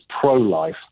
pro-life